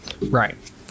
Right